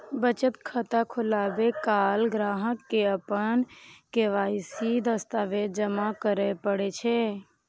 बचत खाता खोलाबै काल ग्राहक कें अपन के.वाई.सी दस्तावेज जमा करय पड़ै छै